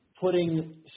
putting